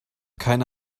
keine